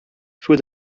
für